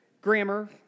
grammar